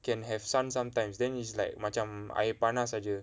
can have sun sometimes then it's like macam air panas aje